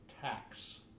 tax